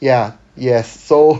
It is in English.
ya yes so